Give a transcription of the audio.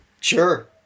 Sure